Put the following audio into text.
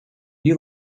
you